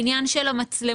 העניין של המצלמות.